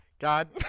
God